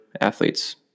athletes